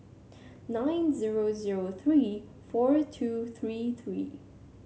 nine zero zero three four two three three